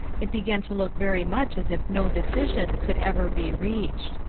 it began to look very much as if no decision could ever be reached.